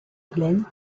glenn